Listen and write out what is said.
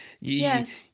Yes